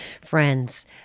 Friends